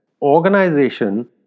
organization